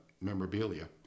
memorabilia